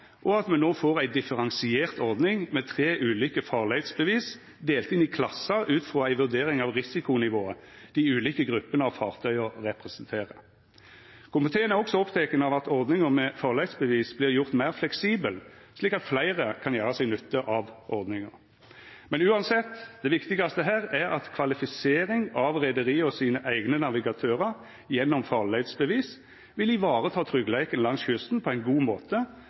og at me no får ei differensiert ordning med tre ulike farleisbevis delt inn i klassar ut frå ei vurdering av risikonivået dei ulike gruppene av fartøya representerer. Komiteen er også oppteken av at ordninga med farleisbevis vert gjort meir fleksibel, slik at fleire kan gjera seg nytte av ordninga. Men uansett, det viktigaste her er at kvalifisering av reiarlaga sine eigne navigatørar gjennom farleisbevis vil ta vare på tryggleiken langs kysten på ein god måte,